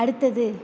அடுத்தது